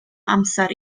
amser